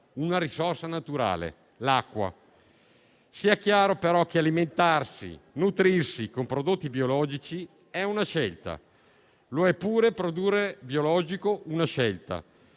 una risorsa naturale: l'acqua. Sia chiaro però che alimentarsi e nutrirsi con prodotti biologici è una scelta. Lo è pure produrre biologico: è una scelta